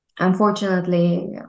Unfortunately